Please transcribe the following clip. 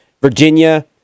Virginia